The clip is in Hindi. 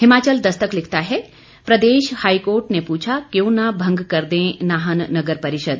हिमाचल दस्तक लिखता है प्रदेश हाईकोर्ट ने पूछा क्यों न भंग कर दें नाहन नगर परिषद